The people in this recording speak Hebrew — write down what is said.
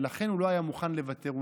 ולכן הוא לא היה מוכן לוותר.